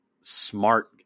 smart